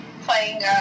playing